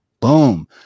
Boom